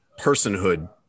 personhood